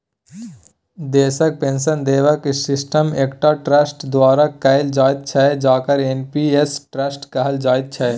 देशक पेंशन देबाक सिस्टम एकटा ट्रस्ट द्वारा कैल जाइत छै जकरा एन.पी.एस ट्रस्ट कहल जाइत छै